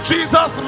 Jesus